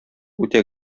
үтә